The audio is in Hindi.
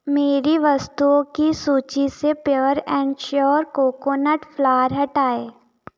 मेरी वस्तुओं की सूचि से pure and sure coconut flour हटाएँ